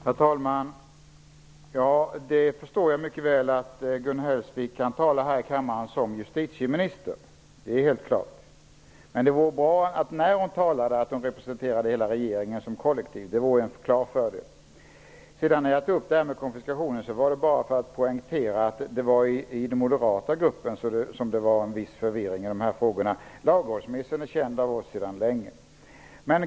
Herr talman! Jag förstår mycket väl att Gun Hellsvik kan tala som justitieminister här i kammaren -- det är helt klart. Men det vore bra om hon representerade hela regeringen som kollektiv när hon talade. Det vore en klar fördel. Jag tog upp frågan om konfiskation bara för att poängtera att det i den moderata gruppen rådde en viss förvirring i de här frågorna. Lagrådsremissen är känd av oss sedan länge.